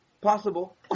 possible